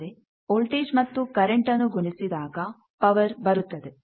ಆದರೆ ವೋಲ್ಟೇಜ್ ಮತ್ತು ಕರೆಂಟ್ ಅನ್ನು ಗುಣಿಸಿದಾಗ ಪವರ್ ಬರುತ್ತದೆ